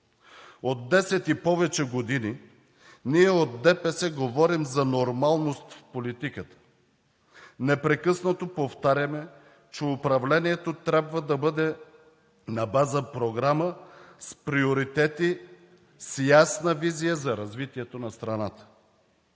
От десет и повече години ние от ДПС говорим за нормалност в политиката. Непрекъснато повтаряме, че управлението трябва да бъде на база програма, с приоритети, с ясна визия за развитието на страната.